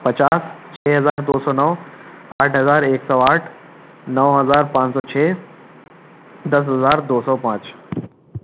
پچاس چھ ہزار دو سو نو آٹھ ہزار ایک سو آٹھ نو ہزار پانچ سو چھ دس ہزار دو سو پانچ